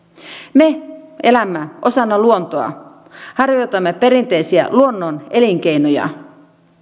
me elämme osana luontoa harjoitamme perinteisiä luonnon elinkeinoja